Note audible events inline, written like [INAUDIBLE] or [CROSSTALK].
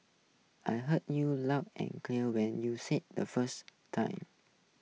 I heard you loud and clear when you said the first [NOISE] time